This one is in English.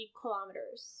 kilometers